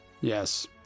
Yes